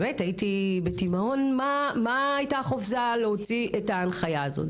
תמהתי מה הייתה החופזה להוציא את ההנחיה הזו.